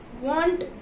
want